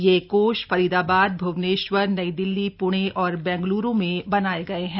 ये कोश फरीदाबाद भुवनेश्वर नई दिल्ली पुणे और बेंगलुरू में बनाए गये हैं